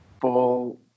full